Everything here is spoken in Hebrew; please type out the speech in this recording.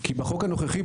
כי בחוק הנוכחי,